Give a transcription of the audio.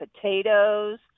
potatoes